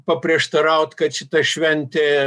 paprieštaraut kad šita šventė